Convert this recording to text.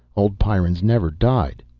old pyrrans never died,